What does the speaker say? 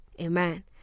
Amen